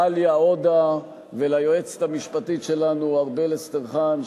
לעאליה עודה וליועצת המשפטית שלנו ארבל אסטרחן,